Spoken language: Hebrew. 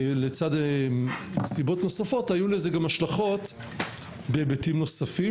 לצד סיבות נוספות היו לזה גם השלכות בהיבטים נוספים,